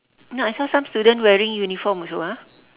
no I saw some student wearing uniform also ah